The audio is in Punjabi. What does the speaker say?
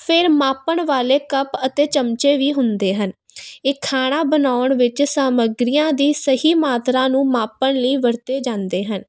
ਫਿਰ ਮਾਪਣ ਵਾਲੇ ਕੱਪ ਅਤੇ ਚਮਚੇ ਵੀ ਹੁੰਦੇ ਹਨ ਇਹ ਖਾਣਾ ਬਣਾਉਣ ਵਿੱਚ ਸਮਗਰੀਆਂ ਦੀ ਸਹੀ ਮਾਤਰਾ ਨੂੰ ਮਾਪਣ ਲਈ ਵਰਤੇ ਜਾਂਦੇ ਹਨ